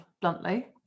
bluntly